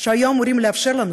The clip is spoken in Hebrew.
שהיו אמורים לאפשר לנו